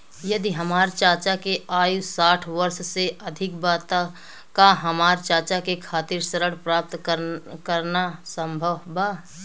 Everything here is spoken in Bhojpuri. यदि हमार चाचा के आयु साठ वर्ष से अधिक बा त का हमार चाचा के खातिर ऋण प्राप्त करना संभव बा?